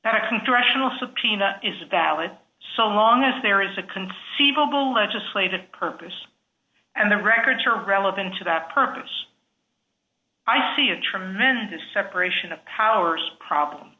graham directional subpoena is valid so long as there is a conceivable legislative purpose and the records are relevant to that purpose i see a tremendous separation of powers problem